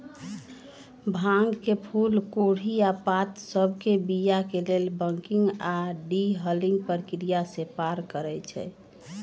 भांग के फूल कोढ़ी आऽ पात सभके बीया के लेल बंकिंग आऽ डी हलिंग प्रक्रिया से पार करइ छै